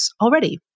already